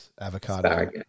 avocado